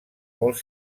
molt